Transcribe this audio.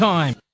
Time